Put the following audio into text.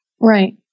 Right